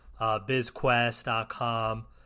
BizQuest.com